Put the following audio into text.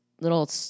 little